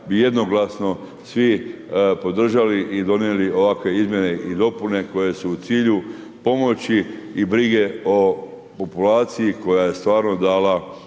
bi jednoglasno svi podržali i donijeli ovakve izmjene i dopune koje su u cilju pomoći i brige o populaciji, koja je stvarno dala